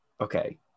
Okay